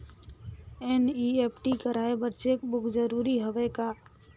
NEFT कराय बर cheque book जरूरी हवय का?